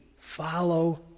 follow